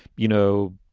you know,